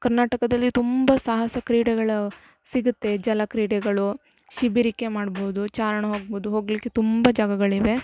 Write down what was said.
ಕರ್ನಾಟಕದಲ್ಲಿ ತುಂಬ ಸಾಹಸ ಕ್ರೀಡೆಗಳು ಸಿಗುತ್ತೆ ಜಲ ಕ್ರೀಡೆಗಳು ಶಿಬಿರಿಕೆ ಮಾಡ್ಬೋದು ಚಾರಣ ಹೋಗ್ಬೊದು ಹೋಗಲಿಕ್ಕೆ ತುಂಬ ಜಾಗಗಳಿವೆ